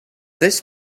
this